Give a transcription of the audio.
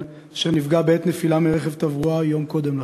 שנפגע בעת נפילה מרכב תברואה יום קודם לכן.